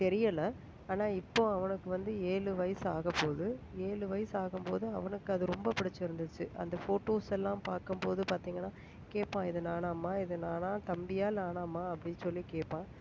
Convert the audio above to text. தெரியல ஆனால் இப்போ அவனுக்கு வந்து ஏழு வயசு ஆகப்போது ஏழு வயசு ஆகும் போது அவனுக்கு அது ரொம்ப பிடிச்சிருந்துச்சி அந்த ஃபோட்டோஸ் எல்லாம் பார்க்கம்போது பார்த்தீங்கன்னா கேட்பான் இது நானாம்மா இது நானா தம்பியாக நானாம்மா அப்படின்னு சொல்லி கேட்பான்